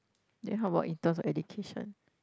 then how about in terms of education